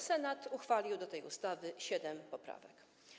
Senat uchwalił do tej ustawy siedem poprawek.